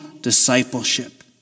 discipleship